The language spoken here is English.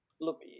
Look